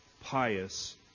pious